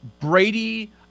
Brady